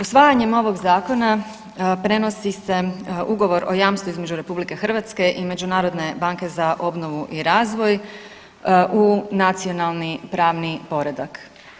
Usvajanjem ovog zakona prenosi se Ugovor o jamstvu između RH i Međunarodne banke za obnovu i razvoj u nacionalni pravni poredak.